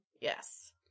Yes